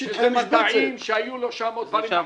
שטחי מטעים שהיו לו שם עוד דברים אחרים.